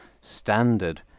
standard